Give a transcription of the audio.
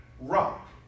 rock